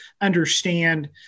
understand